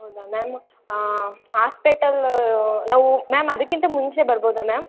ಹೌದಾ ಮ್ಯಾಮ್ ಆಸ್ಪೆಟಲ್ಲೂ ನಾವು ಮ್ಯಾಮ್ ಅದಕ್ಕಿಂತ ಮುಂಚೆ ಬರ್ಬೋದಾ ಮ್ಯಾಮ್